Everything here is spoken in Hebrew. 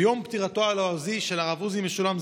ביום פטירתו הלועזי של הרב עוזי משולם,